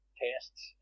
tests